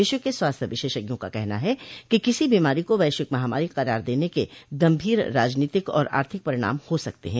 विश्व के स्वास्थ्य विशेषज्ञों का कहना है कि किसी बीमारी को वैश्विक महामारी करार देने के गंभीर राजनीतिक और आर्थिक परिणाम हो सकते हैं